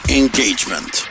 engagement